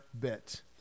bit